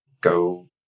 Go